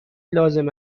لازم